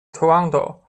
toronto